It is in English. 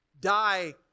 die